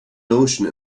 notion